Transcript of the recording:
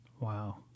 wow